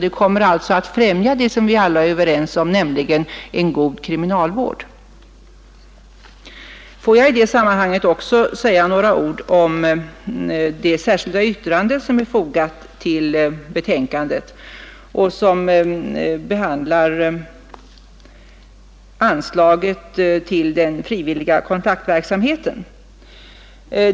Det kommer alltså att främja det som vi alla eftersträvar, nämligen en god kriminalvård. Får jag i detta sammanhang också säga några ord om det särskilda yttrande som är fogat till betänkandet och som behandlar anslaget till den frivilliga kontaktverksamheten.